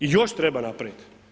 I još treba napraviti.